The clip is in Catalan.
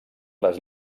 les